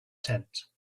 tent